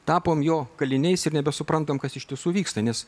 tapom jo kaliniais ir nebesuprantam kas iš tiesų vyksta nes